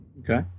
Okay